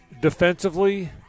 Defensively